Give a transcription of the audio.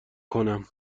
کنم